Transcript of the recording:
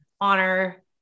honor